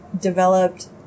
developed